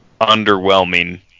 underwhelming